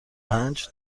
پنج